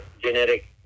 genetic